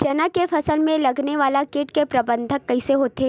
चना के फसल में लगने वाला कीट के प्रबंधन कइसे होथे?